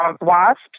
Wasps